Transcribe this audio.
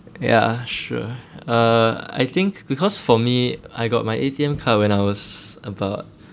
ya sure uh I think because for me I got my A_T_M card when I was about